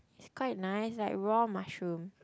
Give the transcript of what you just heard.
quite nice like raw mushroom